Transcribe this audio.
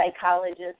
psychologist